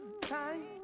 time